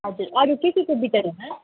हजुर अरू के केको बिजन होला